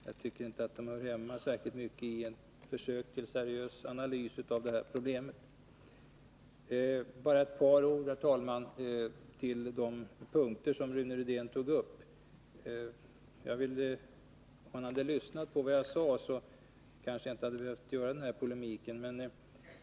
Jag tycker dock inte att de hör hemma i ett försök till seriös analys av problemen. Bara ett par ord, herr talman, i anslutning till de punkter som Rune Rydén togupp. Om han hade lyssnat på vad jag sade, kanske jag inte hade behövt gå in i den här polemiken.